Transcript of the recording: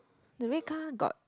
the red car got